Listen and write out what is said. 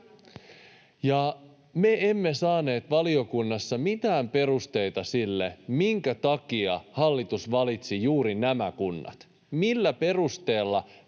Me emme saaneet valiokunnassa mitään perusteita sille, minkä takia hallitus valitsi juuri nämä kunnat, millä perusteella